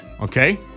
okay